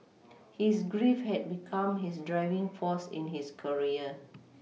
his grief had become his driving force in his career